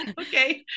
Okay